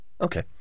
Okay